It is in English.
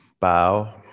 Bow